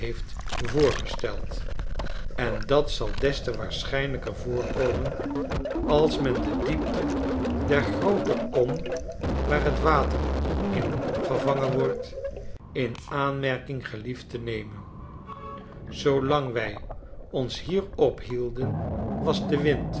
voorgesteld en dat zal des te waarschijnlijker voorkomen als men de diepte der groote kom waar het water in opgevangen wordt in aanmerking gelieft te nemen zoolang wij ons hier ophielden was de wind